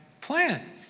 plan